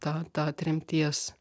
tą tą tremties